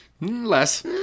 Less